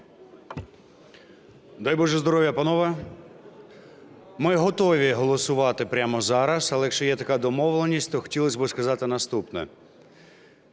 Дай Боже здоров'я, панове! Ми готові голосувати прямо зараз, але, якщо є така домовленість, то хотілось би сказати наступне.